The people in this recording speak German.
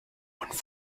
verehrt